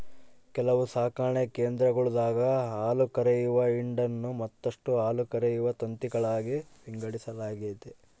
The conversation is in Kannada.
ಕೆಲವು ಸಾಕಣೆ ಕೇಂದ್ರಗುಳಾಗ ಹಾಲುಕರೆಯುವ ಹಿಂಡನ್ನು ಮತ್ತಷ್ಟು ಹಾಲುಕರೆಯುವ ತಂತಿಗಳಾಗಿ ವಿಂಗಡಿಸಲಾಗೆತೆ